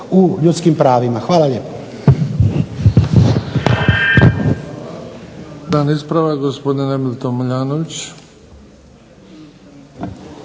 u ljudskim pravima. Hvala lijepo.